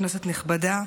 כנסת נכבדה,